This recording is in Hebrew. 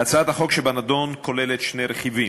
בהצעת החוק שבנדון שני רכיבים.